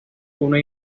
una